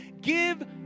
Give